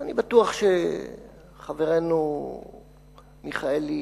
אני בטוח שחברנו מיכאלי